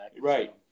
Right